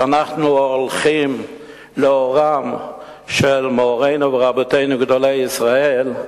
כשאנחנו הולכים לאורם של מורינו ורבותינו גדולי ישראל,